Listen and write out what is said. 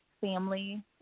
family